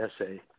essay